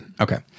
Okay